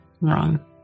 wrong